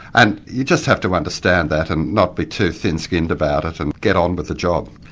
and you just have to understand that, and not be too thin-skinned about it, and get on with the job.